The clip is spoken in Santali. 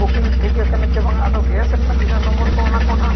ᱴᱷᱤᱠ ᱟᱠᱟᱱᱟ ᱪᱮ ᱵᱟᱝᱟ ᱟᱫᱚ ᱨᱮᱱᱟᱜ ᱛᱤᱱᱟᱹᱜ ᱠᱚ ᱚᱱᱟ ᱠᱚ ᱱᱟᱦᱟᱜ